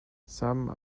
some